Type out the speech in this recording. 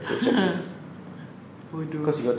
bodoh